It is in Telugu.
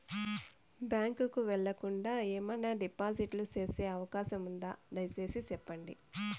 బ్యాంకు కు వెళ్లకుండా, ఏమన్నా డిపాజిట్లు సేసే అవకాశం ఉందా, దయసేసి సెప్పండి?